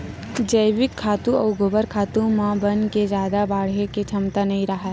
जइविक खातू अउ गोबर खातू म बन के जादा बाड़हे के छमता नइ राहय